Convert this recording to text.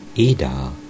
Ida